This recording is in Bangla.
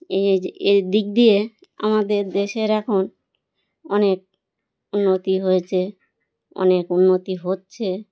এই যে এ দিক দিয়ে আমাদের দেশের এখন অনেক উন্নতি হয়েছে অনেক উন্নতি হচ্ছে